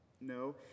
No